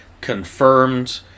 Confirmed